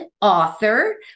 author